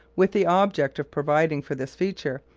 with the object of providing for this feature,